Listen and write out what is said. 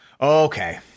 Okay